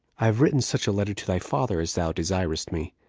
i have written such a letter to thy father as thou desiredst me.